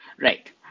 Right